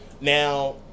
Now